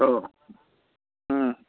ꯑꯣ ꯎꯝ